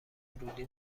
ورودی